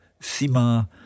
Sima